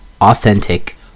authentic